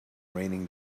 raining